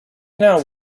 now